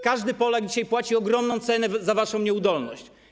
Każdy Polak dzisiaj płaci ogromną cenę za waszą nieudolność.